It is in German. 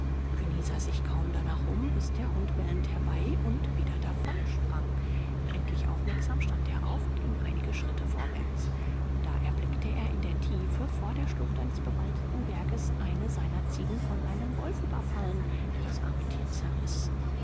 sah sich kaum danach um bis der hund bellend herbei und wieder davon sprang endlich aufmerksam stand er auf und ging einige schritte vorwärts da erblickte er in der tiefe vor der schlucht eines bewaldeten berges eine seiner ziegen von einem wolf überfallen der das arme tier zerriß